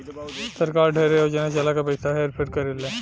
सरकार ढेरे योजना चला के पइसा हेर फेर करेले